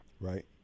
Right